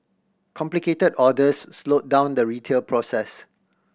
complicated orders slowed down the retail process